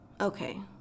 okay